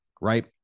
right